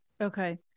Okay